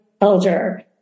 elder